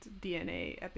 dna